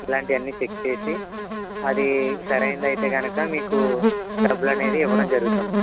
ఇలాంటి వన్ని చెక్ చేసి అది సరైనది అయితే కనుక మీకు డబ్బులు అనేది ఇవ్వడం జరుగుతుంది